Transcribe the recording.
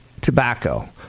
Tobacco